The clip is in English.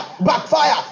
backfire